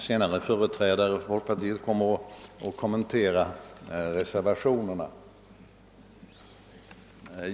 Andra företrädare för folkpartiet kommer senare att kommentera reservationerna.